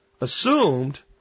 assumed